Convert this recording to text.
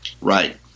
Right